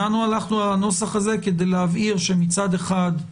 הלכנו על הנוסח הזה כדי להבהיר שמצד אחד,